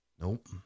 Nope